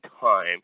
time